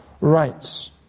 rights